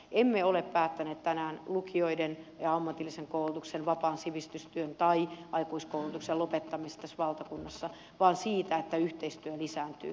emme ole päättäneet tänään lukioiden ja ammatillisen koulutuksen vapaan sivistystyön tai aikuiskoulutuksen lopettamisesta tässä valtakunnassa vaan siitä että yhteistyö lisääntyy